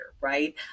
right